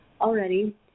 already